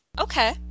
okay